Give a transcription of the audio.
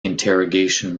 interrogation